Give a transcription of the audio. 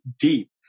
deep